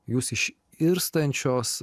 jūs iš irstančios